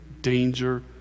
danger